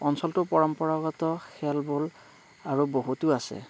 অঞ্চলটোৰ পৰম্পৰাগত খেলবোৰ আৰু বহুতো আছে